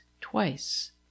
twice